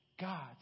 God